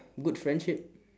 good friendship